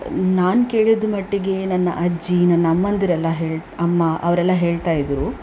ನಾನು ಕೇಳಿದ್ದ ಮಟ್ಟಿಗೆ ನನ್ನ ಅಜ್ಜಿ ನನ್ನಮ್ಮಂದಿರೆಲ್ಲ ಹೇಳಿ ಅಮ್ಮ ಅವರೆಲ್ಲ ಹೇಳ್ತಾ ಇದ್ದರು